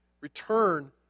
Return